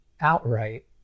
outright